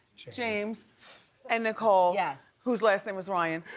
james and nicole. yes. who's last name is ryan.